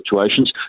situations